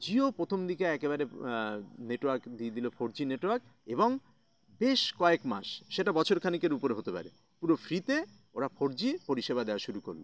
জিও প্রথম দিকে একেবারে নেটওয়ার্ক দিয়ে দিলো ফোর জি নেটওয়ার্ক এবং বেশ কয়েক মাস সেটা বছর খানিকের উপরে হতে পারে পুরো ফ্রিতে ওরা ফোর জি পরিষেবা দেওয়া শুরু করুন